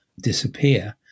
disappear